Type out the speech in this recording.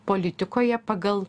politikoje pagal